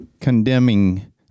condemning